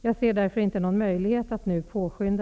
Jag ser därför inte någon möjlighet att nu påskynda